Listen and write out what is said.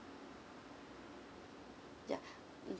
ya mm